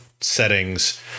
settings